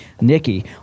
Nikki